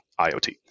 iot